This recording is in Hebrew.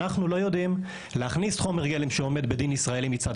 אנחנו לא יודעים להכניס חומר גלם שעומד בדין ישראל מצד